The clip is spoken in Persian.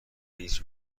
هیچ